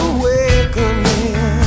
Awakening